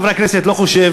של חבר הכנסת מאיר שטרית,